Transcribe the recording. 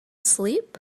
sleep